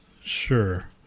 Sure